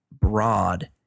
broad